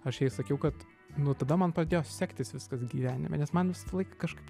aš jai sakiau kad nuo tada man pradėjo sektis viskas gyvenime nes man visą laiką kažkaip